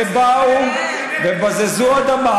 שבאו ובזזו אדמה